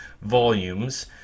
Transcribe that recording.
volumes